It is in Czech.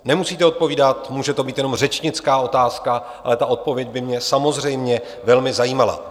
Nemusíte odpovídat, může to být jenom řečnická otázka, ale ta odpověď by mě samozřejmě velmi zajímala.